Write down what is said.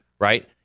right